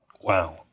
Wow